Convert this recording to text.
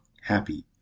happy